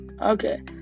okay